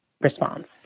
response